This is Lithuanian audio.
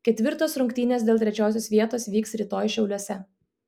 ketvirtos rungtynės dėl trečiosios vietos vyks rytoj šiauliuose